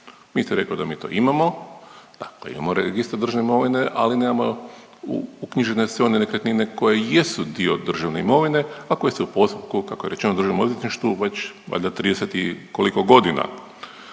je rekao da mi to imamo, da da imamo registar državne imovine, ali nemamo uknjižene sve one nekretnine koje jesu dio državne imovine, a koje su u postupku, kako je rečeno u Državnom odvjetništvu već valjda 30 i koliko godina.